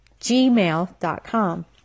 gmail.com